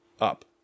up